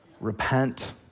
Repent